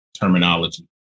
terminology